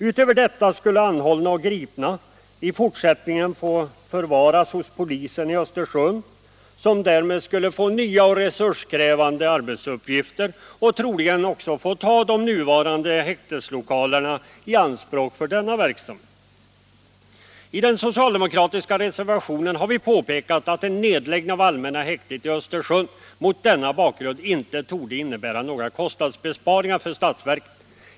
Utöver detta skulle anhållna och gripna i fortsättningen få förvaras hos polisen i Östersund, som därmed skulle få nya och resurskrävande arbetsuppgifter och troligen också skulle få ta de nuvarande häkteslokalerna i anspråk för denna verksamhet. I den socialdemokratiska reservationen har vi påpekat att en nedläggning av allmänna häktet i Östersund mot denna bakgrund inte torde innebära några kostnadsbesparingar för statsverket.